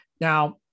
now